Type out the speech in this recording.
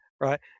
Right